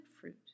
fruit